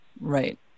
Right